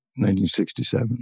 1967